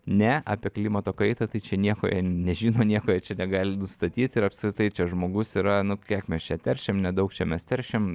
ne apie klimato kaitą tai čia nieko jie nežino nieko jie čia negali nustatyt ir apskritai čia žmogus yra nu kiek mes čia teršiam nedaug čia mes teršiam